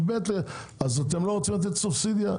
וב' אז אתם לא רוצים לתת סובסידיה?